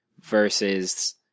versus